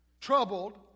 troubled